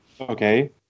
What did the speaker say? Okay